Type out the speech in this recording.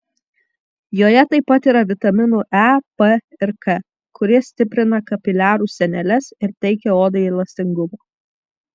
joje taip pat yra vitaminų e p ir k kurie stiprina kapiliarų sieneles ir teikia odai elastingumo